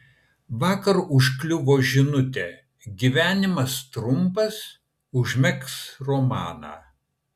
vakar užkliuvo žinutė gyvenimas trumpas užmegzk romaną